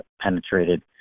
penetrated